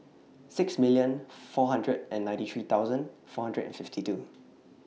six million four hundred and ninety three thousand four hundred and fifty two